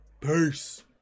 peace